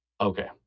okay